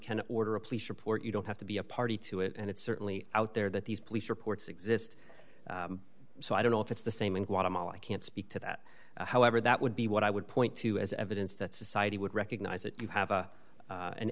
can order a police report you don't have to be a party to it and it's certainly out there that these police reports exist so i don't know if it's the same in guatemala i can't speak to that however that would be what i would point to as evidence that society would recognize that you have a